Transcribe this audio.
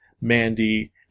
Mandy